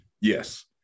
Yes